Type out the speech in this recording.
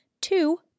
two